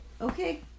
Okay